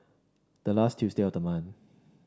the last Tuesday the month